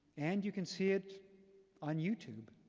and you can see it on youtube.